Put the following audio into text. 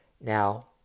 Now